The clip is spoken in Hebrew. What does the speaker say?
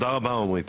תודה רבה עומרי,